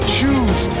Choose